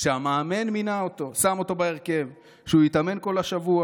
שהמאמן מינה, שם בהרכב כדי שהוא יתאמן כל השבוע,